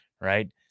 Right